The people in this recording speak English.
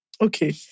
okay